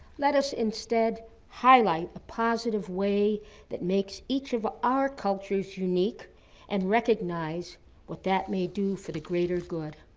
let us instead highlight a positive way that makes each of our cultures unique and recognize what that may do for the greater good.